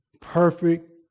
perfect